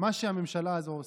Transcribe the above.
מה שהממשלה הזו עושה,